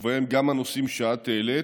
ובהן גם הנושאים שאת העלית.